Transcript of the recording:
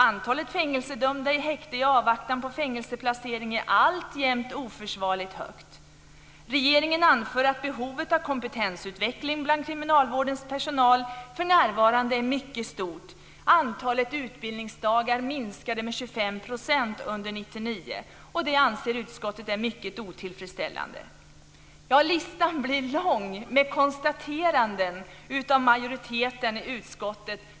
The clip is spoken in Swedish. Antalet fängelsedömda i häkte i avvaktan på fängelseplacering är alltjämt oförsvarligt högt. Regeringen anför att behovet av kompetensutveckling bland kriminalvårdens personal för närvarande är mycket stort. Antalet utbildningsdagar minskade med 25 % under 1999. Det anser utskottet är mycket otillfredsställande. Ja, listan blir lång med konstateranden av majoriteten i utskottet.